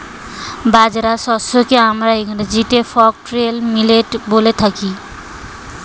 বাজরা শস্যকে আমরা ইংরেজিতে ফক্সটেল মিলেট বলে থাকি